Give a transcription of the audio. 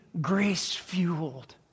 grace-fueled